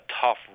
tough